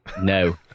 No